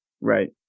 Right